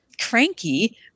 cranky